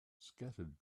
scattered